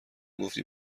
گفتی